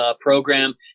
program